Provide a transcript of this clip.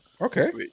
Okay